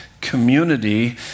community